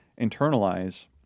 internalize